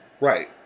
right